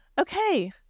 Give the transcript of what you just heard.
Okay